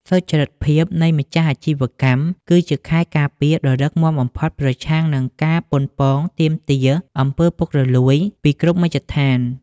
សុច្ចរិតភាពនៃម្ចាស់អាជីវកម្ម គឺជាខែលការពារដ៏រឹងមាំបំផុតប្រឆាំងនឹងការប៉ុនប៉ងទាមទារ អំពើពុករលួយ ពីគ្រប់មជ្ឈដ្ឋាន។